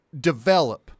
develop